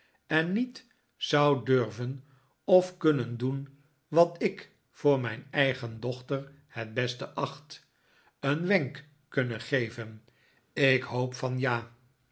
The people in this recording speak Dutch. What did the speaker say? en niet zou durven of kunnen doen wat ik voor mijn eigen dochter het beste acht een wenk kunnen geven ik hoop van ja